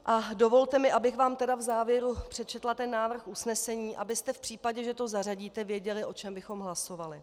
A dovolte mi, abych vám tedy v závěru přečetla návrh usnesení, abyste v případě, že to zařídíte, věděli, o čem bychom hlasovali.